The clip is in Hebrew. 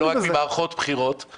לא רק ממערכות בחירות -- דנו בזה.